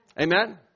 Amen